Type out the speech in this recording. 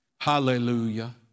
Hallelujah